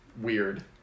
weird